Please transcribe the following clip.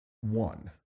One